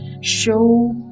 show